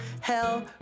Hell